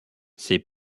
ces